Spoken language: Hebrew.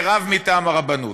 זה רב מטעם הרבנות.